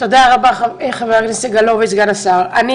תודה רבה, סגן השר סגלוביץ'.